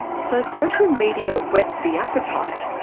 so social media whets the appetite,